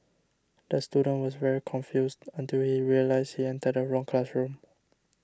the student was very confused until he realised he entered the wrong classroom